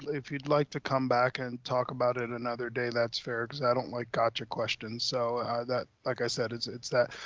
if you'd like to come back and talk about it another day, that's fair, cause i don't like gotcha questions. so that, like i said, it's it's that,